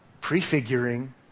Prefiguring